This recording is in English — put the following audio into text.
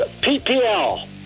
PPL